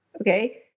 okay